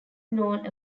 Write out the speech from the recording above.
known